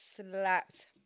slapped